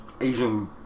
Asian